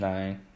Nine